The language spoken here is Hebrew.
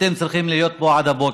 אתם תצטרכו להיות פה עד הבוקר.